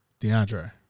DeAndre